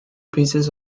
pieces